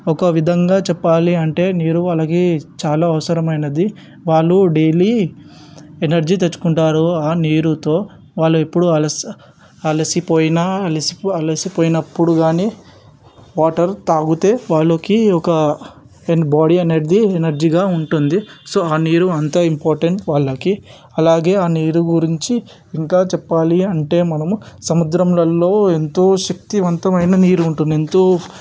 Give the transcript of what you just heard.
ఒక విధంగా చెప్పాలి అంటే నీరు అలాగే చాలా అవసరమైనది వాళ్ళు డైలీ ఎనర్జీ తెచ్చుకుంటారు ఆ నీరుతో వాళ్ళు ఎప్పుడు అలస్సా అలసిపోయినా అలసి అలసిపోయినప్పుడు కాని వాటర్ తాగితే వాళ్ళకి ఒక బాడీ అనేటిది ఎనర్జీగా ఉంటుంది సో ఆ నీరు అంతా ఇంపార్టెంట్ వాళ్ళకి అలాగే ఆ నీరు గురించి ఇంకా చెప్పాలి అంటే మనము సముద్రంలలో ఎంతో శక్తివంతమైన నీరు ఉంటుంది ఎంతో